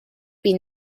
been